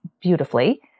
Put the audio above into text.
beautifully